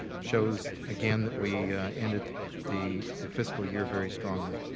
shows again that we ended the fiscal year very strongly.